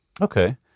Okay